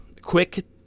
quick